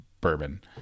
bourbon